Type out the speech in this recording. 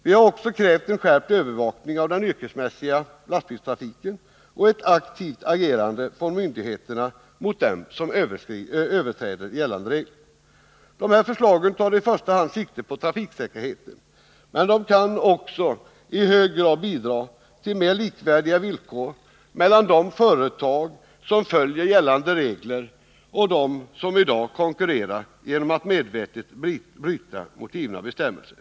Vi har också krävt en skärpt övervakning av den yrkesmässiga lastbilstrafiken och ett aktivare agerande från myndigheterna mot dem som överträder gällande regler. Förslagen tar i första hand sikte på trafiksäkerheten, men de kan också i hög grad bidra till mer likvärdiga villkor mellan de företag som följer gällande regler och dem som i dag konkurrerar genom att medvetet bryta mot givna bestämmelser.